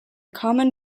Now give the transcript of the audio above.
common